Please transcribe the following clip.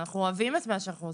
אנחנו אוהבים את מה שאנחנו עושים,